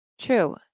True